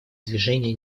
движения